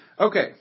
Okay